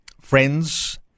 friends